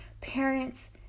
Parents